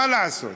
מה לעשות,